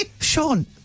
Sean